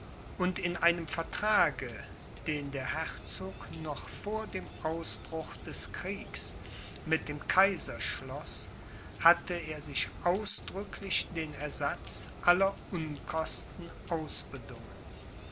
und in einem vertrage den der herzog noch vor dem ausbruch des kriegs mit dem kaiser schloß hatte er sich ausdrücklich den ersatz aller unkosten ausbedungen